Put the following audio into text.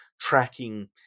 tracking